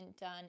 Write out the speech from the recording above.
done